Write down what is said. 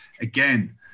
again